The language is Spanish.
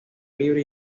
libre